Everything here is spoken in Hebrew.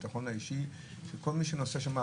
הביטחון האישי של כל מי שנוסע שם,